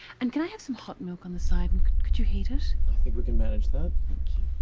and can i have some hot milk on the side? and could you heat it? i think we can manage that. thank you.